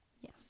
Yes